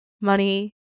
money